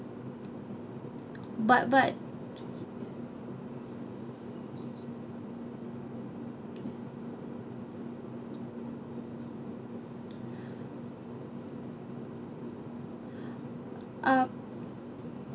but but ah